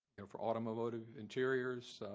and for automotive interiors,